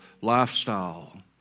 lifestyle